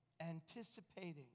anticipating